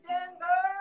Denver